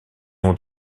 non